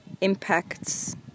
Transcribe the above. impacts